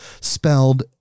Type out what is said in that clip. spelled